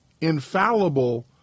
infallible